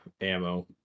ammo